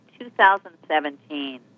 2017